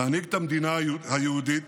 להנהיג את המדינה היהודית,